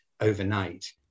overnight